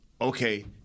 okay